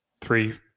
three